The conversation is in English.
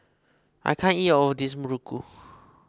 I can't eat all of this Muruku